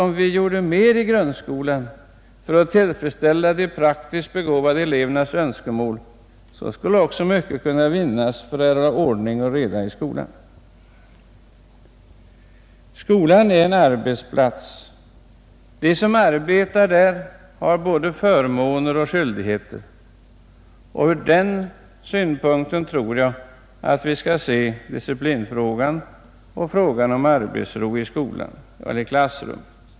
Om vi gjorde mer i grundskolan för att tillfredsställa de praktiskt begåvade elevernas önskemål, skulle mycket kunna vinnas också då det gäller ordning och reda i skolan. Skolan är en arbetsplats och de som arbetar där har både förmåner och skyldigheter. Från den synpunkten tror jag att vi skall se frågan om disciplin och arbetsro i skolan och klassrummet.